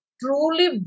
truly